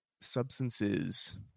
substances